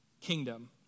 kingdom